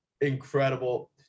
incredible